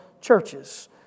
churches